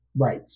Right